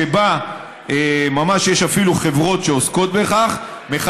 שבה יש אפילו חברות שעוסקות בכך ממש: